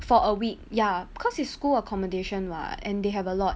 for a week ya because it's school accommodation [what] and they have a lot